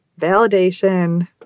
validation